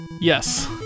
Yes